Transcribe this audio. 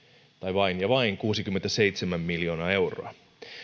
vain ja vain kuusikymmentäseitsemän miljoonaa euroa